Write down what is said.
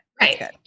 Right